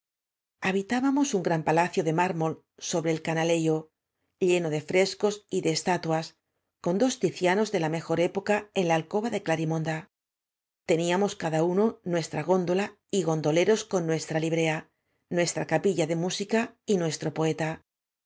bitábamos un gran palacio de mármol sobre ei canaleiof lleno de frescos y de estatuas con dos ticianos de la mejor época on la alcoba de ola rímonda teníamos cada uno nuestra góndola y gondoleros coa nuestra librea nuestra capilla de música y nuestro poeta